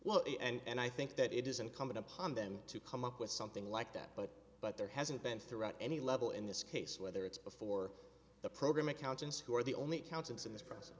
well and i think that it is incumbent upon them to come up with something like that but but there hasn't been throughout any level in this case whether it's before the program accountants who are the only accountants in this p